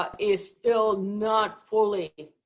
ah is still not fully